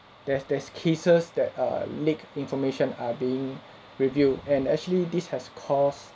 there's there's cases that err leaked information are being review and actually this has caused